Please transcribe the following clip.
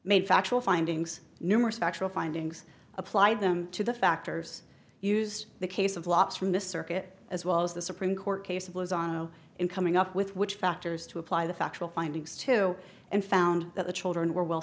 made factual findings numerous factual findings apply them to the factors used the case of loss from the circuit as well as the supreme court case of lozano in coming up with which factors to apply the factual findings to and found that the children were well